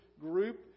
group